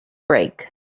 break